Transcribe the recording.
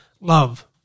love